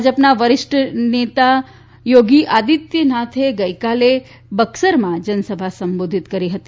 ભાજપના વરિષ્ઠ નેતા યોગી આદિત્યનાથે ગઇકાલે બકસરમાં જનસભા સંબોધીત કરી હતી